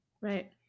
Right